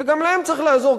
שגם להם צריך לעזור,